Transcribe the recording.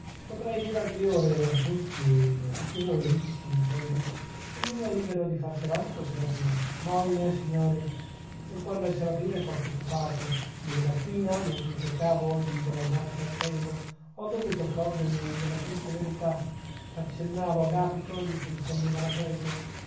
potrei dire al priore a tutti a tutti voi cominciò egli che ognuno è libero di farsi avanti col serafino ma ohimè signori nel cuore del serafino è posto occupato ieri mattina mentre io cercavo di guadagnar terreno ho dovuto accorgermi della triste verità accennavo agapito e mi si rispondeva anacleto